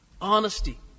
honesty